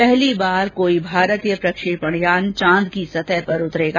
पहली बार कोई भारतीय प्रक्षेपण यान चांद की सतह पर उतरेगा